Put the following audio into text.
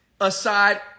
aside